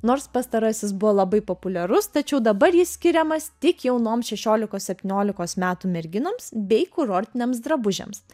nors pastarasis buvo labai populiarus tačiau dabar jis skiriamas tik jaunoms šešiolikos septyniolikos metų merginoms bei kurortiniams drabužiams